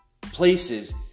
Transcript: places